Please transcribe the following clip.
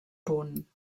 punt